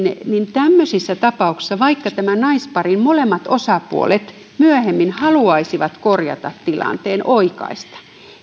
tämmöisissä tapauksissa vaikka tämän naisparin molemmat osapuolet myöhemmin haluaisivat korjata tilanteen oikaista sen tämä kanneoikeuden rajoitus tekee sen että ei voi nostaa kannetta